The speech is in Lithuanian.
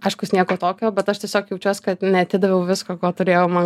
aiškus nieko tokio bet aš tiesiog jaučiuos kad neatidaviau visko ko turėjo man